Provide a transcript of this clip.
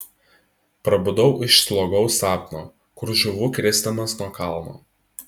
prabudau iš slogaus sapno kur žūvu krisdamas nuo kalno